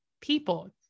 people